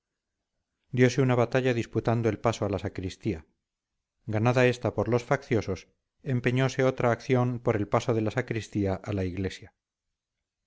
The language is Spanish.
enemigo diose una batalla disputando el paso a la sacristía ganada esta por los facciosos empeñose otra acción por el paso de la sacristía a la iglesia